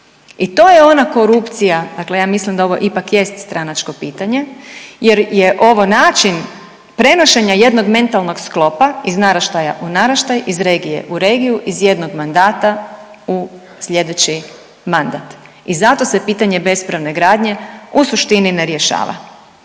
i to je ona korupcija, dakle ja mislim da ovo ipak jest stranačko pitanje jer je ovo način prenošenja jednog mentalnog sklopa iz naraštaja u naraštaj, iz regije u regiju, iz jednog mandata u slijedeći mandat i zato se pitanje bespravne gradnje u suštini ne rješava.